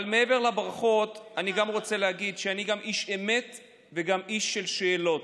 אבל מעבר לברכות אני רוצה להגיד שאני גם איש אמת וגם איש של שאלות.